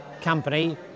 Company